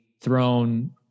thrown